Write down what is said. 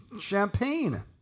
Champagne